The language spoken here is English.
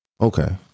okay